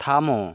থামো